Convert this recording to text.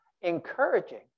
encouraging